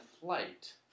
flight